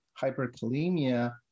hyperkalemia